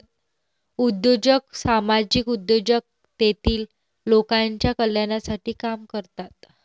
उद्योजक सामाजिक उद्योजक तेतील लोकांच्या कल्याणासाठी काम करतात